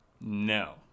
No